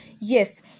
yes